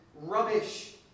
rubbish